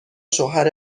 شوهر